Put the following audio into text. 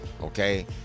okay